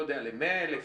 ל-100 אלף,